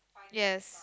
yes